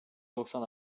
doksan